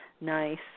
Nice